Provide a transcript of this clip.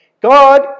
God